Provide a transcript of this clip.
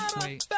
wait